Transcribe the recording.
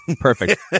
perfect